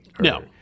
No